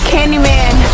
Candyman